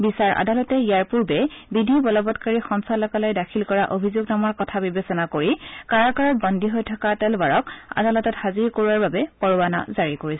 বিচাৰ আদালতে ইয়াৰ পুৰ্বে বিধি বলবৎকাৰী সঞ্চালকালয়ে দাখিল কৰা অভিযোগনামাৰ কথা বিবেচনা কৰি কাৰাগাৰত বন্দী হৈ থকা টলৱাৰক আদালতত হাজিৰ কৰোৱাৰ বাবে পৰোৱানা জাৰি কৰিছিল